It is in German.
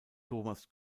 thomas